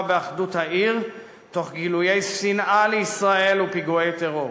באחדות העיר תוך גילוי שנאה לישראל ופיגועי טרור.